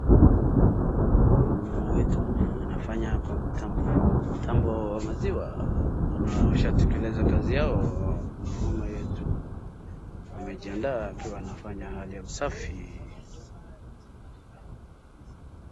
Huyu ni mama wetu anafanya kwa mtambo wa maziwa naona washatekeleza kazi yao na mama yetu amejiandaa akiwa anafanya kazi ya usafi.